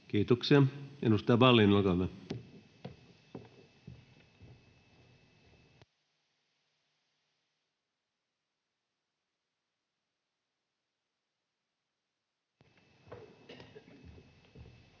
Kiitoksia. — Edustaja Vallin, olkaa hyvä.